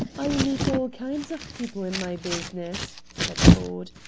i meet all kinds of people in my business, said ford.